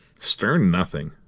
stern nothing,